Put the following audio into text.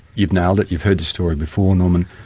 you've nailed it, you've heard this story before norman,